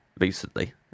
recently